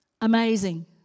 Amazing